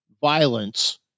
violence